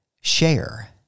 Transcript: share